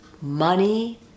money